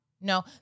No